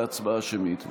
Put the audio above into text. להצבעה שמית.